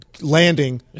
landing